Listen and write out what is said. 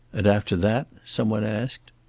and after that? some one asked.